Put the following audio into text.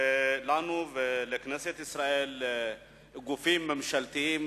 לכנסת ישראל ולגופים ממשלתיים,